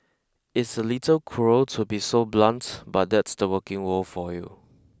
it's a little cruel to be so blunt but that's the working world for you